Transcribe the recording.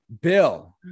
Bill